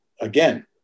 again